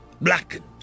blackened